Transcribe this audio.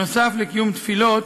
נוסף על קיום תפילות,